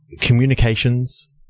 communications